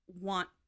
want